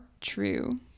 true